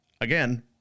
again